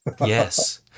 yes